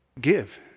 Give